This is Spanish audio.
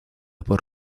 por